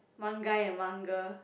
one guy and one girl